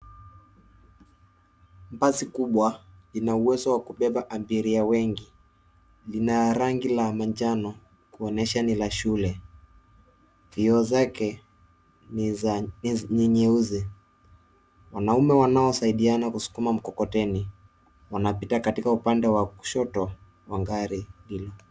Basi kubwa ina uwezo wa kubeba abiria wengi. Lina rangi la manjano kuonyesha ni la shule. Vioo zake ni nyeusi. Wanaume wanaosaidiana kusukuma mkokoteni wanapita katika upande wa kushoto wa gari hilo.